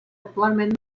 actualment